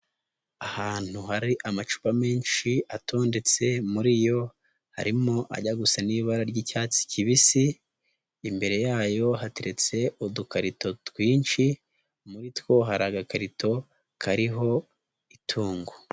Ahantu hari amacupa menshi atondetse muri yo harimo ajya gusa n'ibara ry'icyatsi kibisi, imbere yayo hateretse udukarito twinshi, muri two hari agakarito kariho itungo.